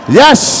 yes